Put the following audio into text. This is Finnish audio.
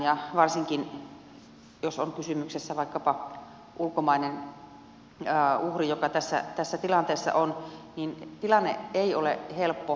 ja varsinkaan jos on kysymyksessä vaikkapa ulkomainen uhri joka tässä tilanteessa on tilanne ei ole helppo